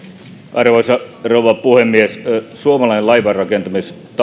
arvoisa rouva puhemies suomalainen laivanrakentamisosaaminen